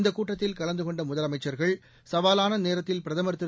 இந்தக் கூட்டத்தில் கலந்து கொண்ட முதலமைச்சர்கள் சவாலான நேரத்தில் பிரதமர் திரு